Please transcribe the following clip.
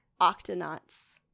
Octonauts